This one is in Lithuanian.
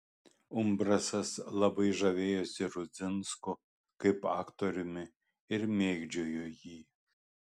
umbrasas labai žavėjosi rudzinsku kaip aktoriumi ir mėgdžiojo jį